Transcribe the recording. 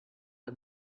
war